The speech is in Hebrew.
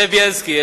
זאב בילסקי,